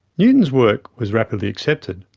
newton's work was rapidly accepted,